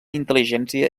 intel·ligència